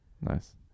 Nice